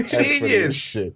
Genius